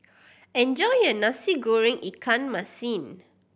enjoy your Nasi Goreng ikan masin